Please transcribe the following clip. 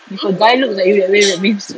if a guy looks at you that way that means